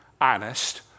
honest